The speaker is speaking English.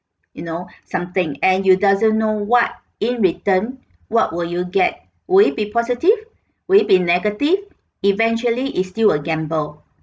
you know something and you doesn't know what in return what will you get would it be positive would it be negative eventually is still a gamble